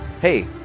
hey